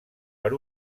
per